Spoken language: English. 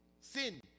sin